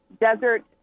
desert